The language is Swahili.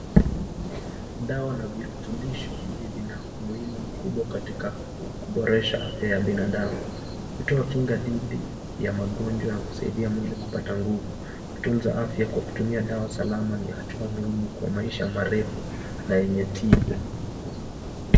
Dawa na virutubisho hivi vina umuhimu mkubwa katika kuboresha afya ya binadamu. Hutoa kinga dhidi ya magonjwa na kusaidia mwili kupata nguvu. Kutunza afya kwa kutumia dawa salama ni hatua muhimu kwa maisha marefu na yenye tija.